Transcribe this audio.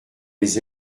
les